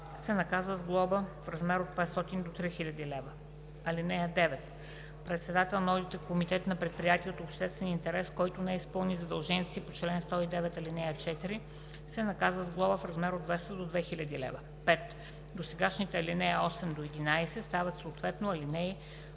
се наказва с глоба в размер от 500 до 3000 лв. (9) Председател на одитен комитет на предприятие от обществен интерес, който не изпълни задълженията си по чл. 109, ал. 4, се наказва с глоба в размер от 200 до 2000 лв.“ 5. Досегашните ал. 8 – 11 стават съответно ал.